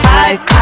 eyes